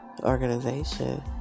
organization